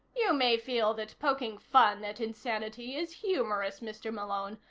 you may feel that poking fun at insanity is humorous, mr. malone,